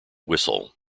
whistle